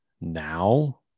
now